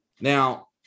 now